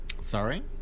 Sorry